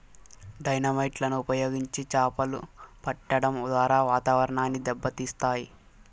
dynamite లను ఉపయోగించి చాపలు పట్టడం ద్వారా వాతావరణాన్ని దెబ్బ తీస్తాయి